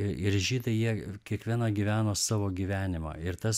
ir ir žydai jie kiekviena gyveno savo gyvenimą ir tas